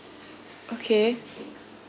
okay